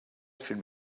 should